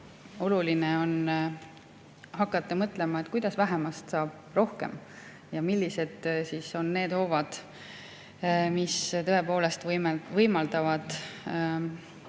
oluline on hakata mõtlema, kuidas vähemast saaks rohkem ja millised on need hoovad, mis tõepoolest võimaldavad neid